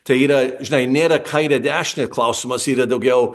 tai yra žinai nėra kairė dešinė klausimas yra daugiau